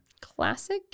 Classic